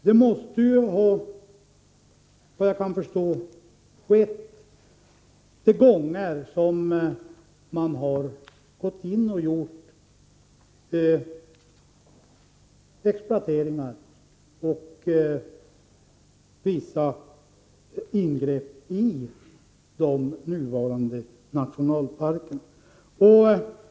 Såvitt jag kan förstå har det skett vid de tillfällen då beslut fattats om exploatering och vissa andra ingrepp.